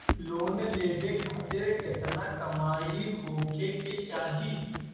Loan लेवे खातिर केतना कमाई होखे के चाही?